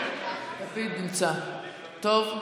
טוב,